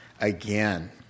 again